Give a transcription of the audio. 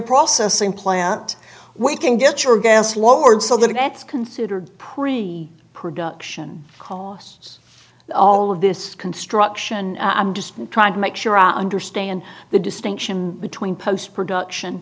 processing plant we can get your gas lowered so the next considered puri production costs all of this construction i'm just trying to make sure i understand the distinction between post production